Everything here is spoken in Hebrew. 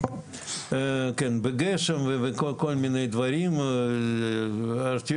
בגשם וכל מיני דברים,